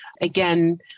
Again